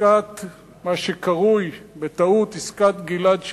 מה שקרוי בטעות "עסקת גלעד שליט",